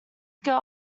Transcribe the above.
girl